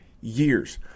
years